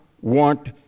want